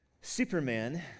Superman